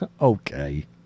Okay